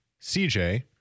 CJ